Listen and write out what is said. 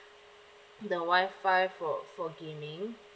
the WI-FI for for gaming